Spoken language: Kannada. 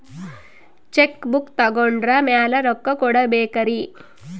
ಚೆಕ್ ಬುಕ್ ತೊಗೊಂಡ್ರ ಮ್ಯಾಲೆ ರೊಕ್ಕ ಕೊಡಬೇಕರಿ?